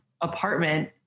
apartment